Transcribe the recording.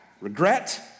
regret